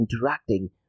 interacting